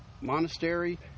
monastery